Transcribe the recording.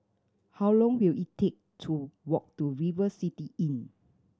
how long will it take to walk to River City Inn